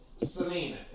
Selena